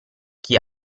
chi